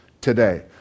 today